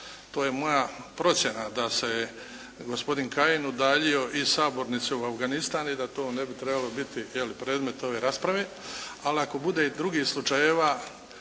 To je moja procjena da se gospodin Kajin udaljio iz sabornice u Afganistan i da to ne bi trebalo biti je li predmet ove rasprave, ali ako bude i drugih slučajeva,